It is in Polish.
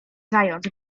zając